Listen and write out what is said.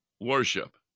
worship